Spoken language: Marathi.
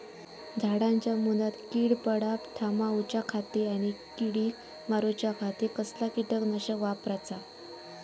झाडांच्या मूनात कीड पडाप थामाउच्या खाती आणि किडीक मारूच्याखाती कसला किटकनाशक वापराचा?